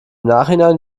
nachhinein